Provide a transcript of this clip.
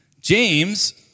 James